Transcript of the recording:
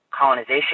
colonization